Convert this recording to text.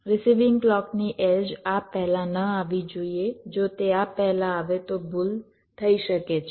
receiving ક્લૉકની edge આ પહેલાં ન આવવી જોઈએ જો તે આ પહેલાં આવે તો ભૂલ થઈ શકે છે